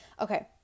Okay